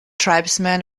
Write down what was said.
tribesmen